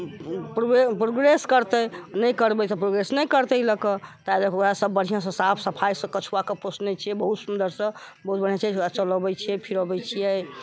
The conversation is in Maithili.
प्रोग्रेस करतै नहि करबै तऽ प्रोग्रेस नहि करतै अइ लअ कऽ तैलकै ओकरा सब बढ़िआँसँ साफ सफाइसँ कछुआके पोषने छियै बहुत सुन्दरसँ बहुत बढ़िआँ छै चलऽबै छियै फिरऽबै छियै